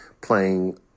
playing